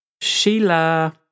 Sheila